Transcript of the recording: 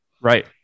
Right